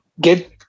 get